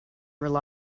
rely